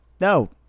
no